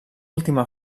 última